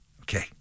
okay